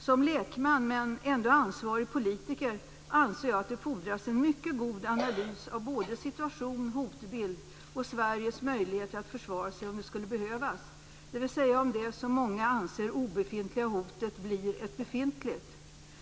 Som lekman men ändå ansvarig politiker anser jag att det fordras en mycket god analys av situation, hotbild och Sveriges möjligheter att försvara sig om det skulle behövas, dvs. om det som många anser obefintliga hotet blir ett befintligt hot.